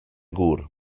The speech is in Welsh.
gŵr